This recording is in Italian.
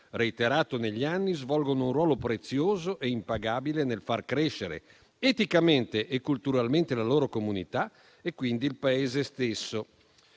reiterato negli anni, svolgono un ruolo prezioso e impagabile nel far crescere eticamente e culturalmente la loro comunità e, quindi, il Paese stesso.